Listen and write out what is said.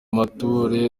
mature